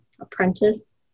apprentice